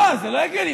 לא, זה לא הגיוני.